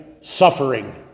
suffering